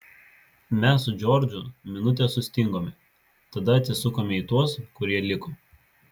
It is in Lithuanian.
mes su džordžu minutę sustingome tada atsisukome į tuos kurie liko